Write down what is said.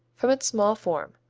from its small form.